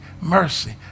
mercy